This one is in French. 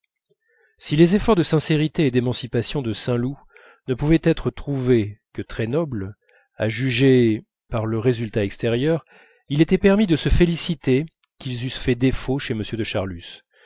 si les efforts de sincérité et d'émancipation de saint loup ne pouvaient être trouvés que très nobles à en juger par le résultat extérieur il était permis de se féliciter qu'ils eussent fait défaut chez m de charlus